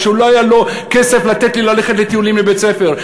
כשלא היה לו כסף לתת לי ללכת לטיולים לבית-הספר,